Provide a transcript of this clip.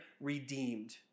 redeemed